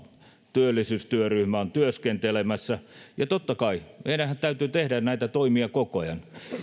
työllisyystyöryhmä on työskentelemässä ja totta kai meidänhän täytyy tehdä näitä toimia koko ajan siinä